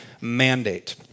mandate